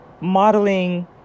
modeling